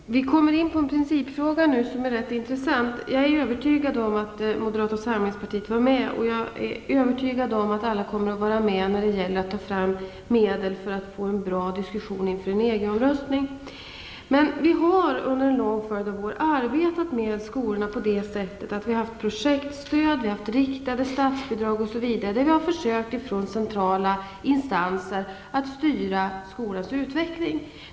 Fru talman! Nu kommer vi in på en principfråga som är ganska intressant. Jag är övertygad om att moderata samlingspartiet är med, och jag är också övertygad om att alla kommer att vara med, när det gäller att ta fram medel för att få en bra diskussion inför en EG-omröstning. Men vi har under en lång följd av år arbetat med skolorna på det sättet att vi har haft projektstöd, riktade statsbidrag osv., där vi har försökt att styra skolans utveckling genom centrala instanser.